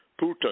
Putin